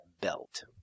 belt